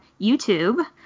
YouTube